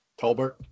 Tolbert